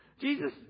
Jesus